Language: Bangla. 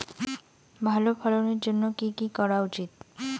ভালো ফলনের জন্য কি কি করা উচিৎ?